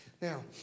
Now